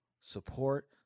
Support